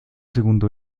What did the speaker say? segundo